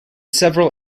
several